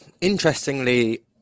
interestingly